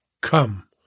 come